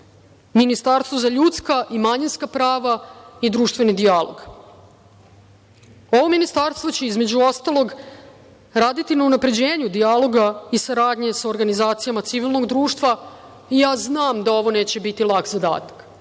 Ministarstvo za ljudska i manjinska prava i društveni dijalog. Ovo ministarstvo će, između ostalog, raditi na unapređenju dijaloga i saradnje sa organizacijama civilnog društva i ja znam da ovo neće biti lak zadatak.